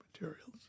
materials